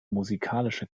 musikalische